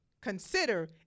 consider